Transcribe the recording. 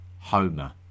Homer